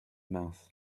mouth